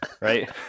Right